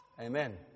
Amen